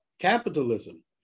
capitalism